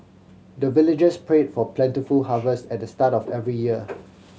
the villagers pray for plentiful harvest at the start of every year